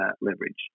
leverage